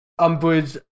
Umbridge